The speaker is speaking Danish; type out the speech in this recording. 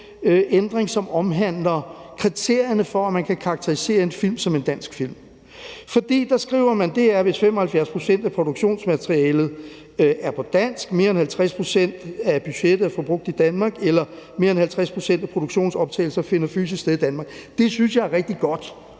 ændring, som omhandler kriterierne for, at man kan karakterisere en film som en dansk film. For der skriver man, at det er, hvis 75 pct. af produktionsmaterialet er på dansk, mere end 50 pct. af budgettet er forbrugt i Danmark eller mere end 50 pct. af produktionsoptagelserne finder fysisk sted i Danmark. Det synes jeg er rigtig godt,